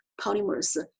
polymers